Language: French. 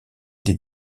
des